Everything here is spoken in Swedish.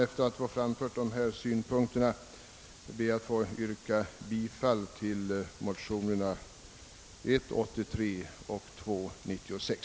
Efter att ha framfört dessa synpunkter ber jag att få yrka bifall till motionerna I: 83 och II: 96.